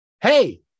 Hey